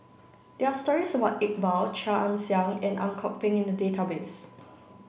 there are stories about Iqbal Chia Ann Siang and Ang Kok Peng in the database